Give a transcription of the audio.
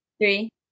Three